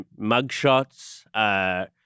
mugshots